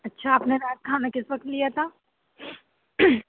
اچھا آپ نے رات کھانا کس وقت لیا تھا